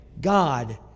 God